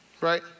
right